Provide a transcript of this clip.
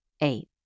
Eight